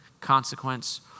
consequence